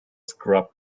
scrub